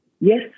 Yes